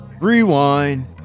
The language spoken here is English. Rewind